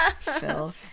Phil